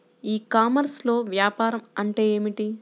ఈ కామర్స్లో వ్యాపారం అంటే ఏమిటి?